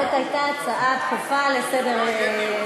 זאת הייתה הצעה דחופה לסדר-היום.